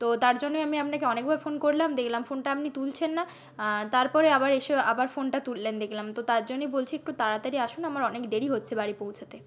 তো তার জন্যই আমি আপনাকে অনেকবার ফোন করলাম দেখলাম ফোনটা আপনি তুলছেন না তারপরে আবার এসে আবার ফোনটা তুললেন দেখলাম তো তার জন্যেই বলছি একটু তাড়াতাড়ি আসুন আমার অনেক দেরি হচ্ছে বাড়ি পৌঁছাতে